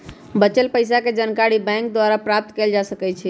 बच्चल पइसाके जानकारी बैंक द्वारा प्राप्त कएल जा सकइ छै